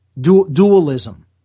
dualism